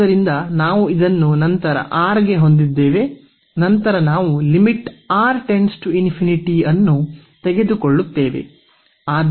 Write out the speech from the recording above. ಆದ್ದರಿಂದ ನಾವು ಇದನ್ನು ನಂತರ R ಗೆ ಹೊಂದಿದ್ದೇವೆ ನಂತರ ನಾವು ಅನ್ನು ತೆಗೆದುಕೊಳ್ಳುತ್ತೇವೆ